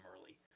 early